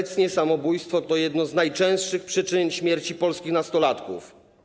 Obecnie samobójstwo to jedna z najczęstszych przyczyn śmierci polskich nastolatków.